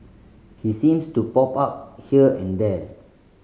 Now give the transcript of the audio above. he seems to pop up here and there